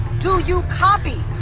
do you copy?